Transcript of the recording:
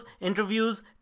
interviews